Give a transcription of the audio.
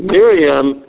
Miriam